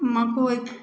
मकइ